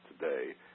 today